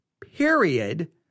period